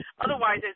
otherwise